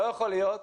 לא יכול להיות